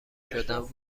شدن